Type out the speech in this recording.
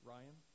Ryan